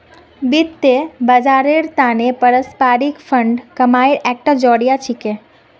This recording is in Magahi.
वित्त बाजारेर त न पारस्परिक फंड कमाईर एकता जरिया छिके